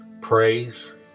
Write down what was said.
praise